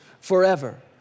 forever